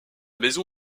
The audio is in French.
maison